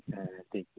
ᱦᱮᱸ ᱴᱷᱤᱠ ᱜᱮᱭᱟ